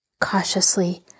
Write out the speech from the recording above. Cautiously